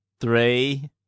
three